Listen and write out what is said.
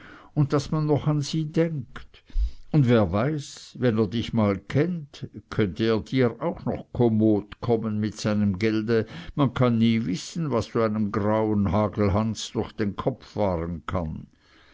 und daß man noch an sie denkt und wer weiß wenn er dich mal kennt könnte er dir auch noch kommod kommen mit seinem gelde man kann nie wissen was so einem grauen hagelhans durch den kopf fahren kann